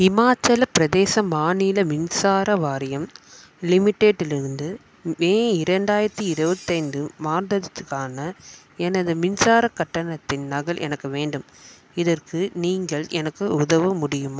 இமாச்சலப் பிரதேச மாநில மின்சார வாரியம் லிமிட்டெடிலிருந்து மே இரண்டாயிரத்து இருபத்தைந்து மாதத்துக்கான எனது மின்சாரக் கட்டணத்தின் நகல் எனக்கு வேண்டும் இதற்கு நீங்கள் எனக்கு உதவ முடியுமா